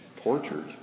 tortured